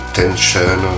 tension